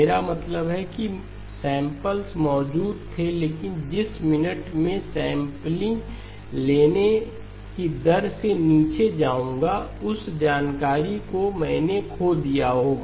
मेरा मतलब है कि सैंपल्स मौजूद थे लेकिन जिस मिनट में मैं सेंपलिंग लेने की दर से नीचे जाऊंगा उस जानकारी को मैंने खो दिया होगा